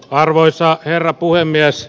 arvoisa herra puhemies